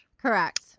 Correct